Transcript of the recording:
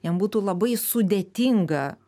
jam būtų labai sudėtinga